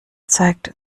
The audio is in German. zeigt